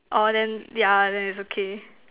or then ya then its okay